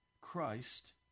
Christ